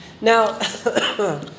Now